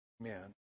Amen